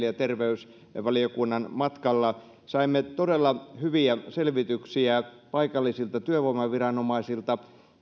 ja terveysvaliokunnan matkalla saimme todella hyviä selvityksiä paikallisilta työvoimaviranomaisilta